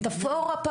במטאפורה?